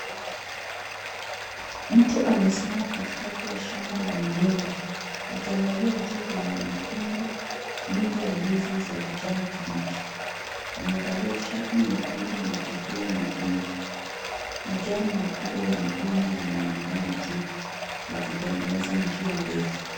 Mtu amesimama katikati ya shamba la migomba, akiangalia juu kwenye mikungu mingi ya ndizi za kijani kibichi. Amevalia shati nyekundu na kofia nyekundu. Majani makubwa ya migomba yanaonekana juu yakitengeneza njia ndefu.